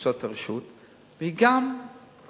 יש לה הרשות, והיא גם בודקת.